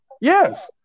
Yes